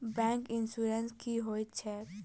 Bank insurance की होइत छैक?